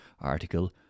Article